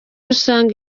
usanga